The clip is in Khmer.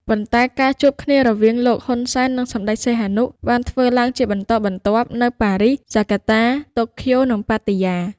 ប៉ុន្តែ ការជួបគ្នារវាង លោក ហ៊ុនសែន និងសម្តេច សីហនុ បានធ្វើឡើងជាបន្តបន្ទាប់នៅ ប៉ារីស ហ្សាកាតា តូក្យូ និង ប៉ាតាយា។